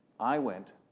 i went